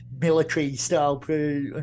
military-style